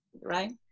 Right